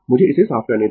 मुझे इसे साफ करने दें